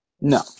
No